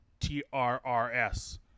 TRRS